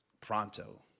Pronto